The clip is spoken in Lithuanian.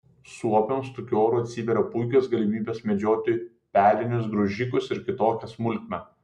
suopiams tokiu oru atsiveria puikios galimybės medžioti pelinius graužikus ir kitokią smulkmę